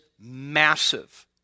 massive